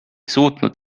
suutnud